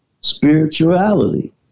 spirituality